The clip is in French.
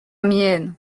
mienne